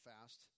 fast